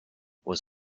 was